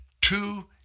two